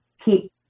keep